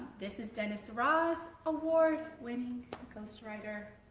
this is dennis ross! award-winning ghostwriter.